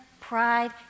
pride